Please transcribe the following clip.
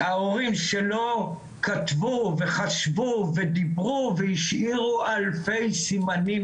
ההורים שלו כתבו וחשבו ודיברו והשאירו אלפי סימנים,